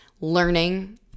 learning